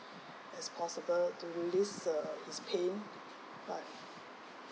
as possible to reduce his pain but